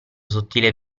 sottile